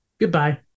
goodbye